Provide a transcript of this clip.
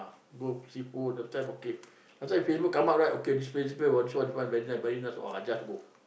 go see food last time okay last time okay Facebook come out right okay this place bit of a chore this one very nice very nice oh I just go